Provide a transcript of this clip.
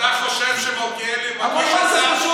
אתה חושב שמלכיאלי מגיש הצעת חוק